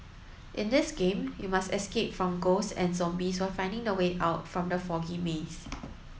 in this game you must escape from ghosts and zombies while finding the way out from the foggy maze